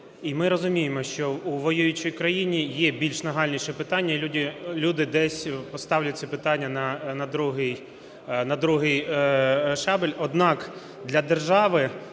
І ми розуміємо, що у воюючій країні є більш нагальні питання, люди десь поставлять ці питання на другий шабель.